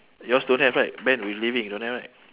yours don't have right ben we leaving don't have right